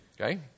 okay